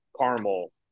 caramel